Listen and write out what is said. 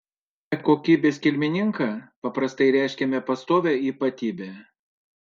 vartodami kokybės kilmininką paprastai reiškiame pastovią ypatybę